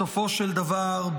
בסופו של דבר,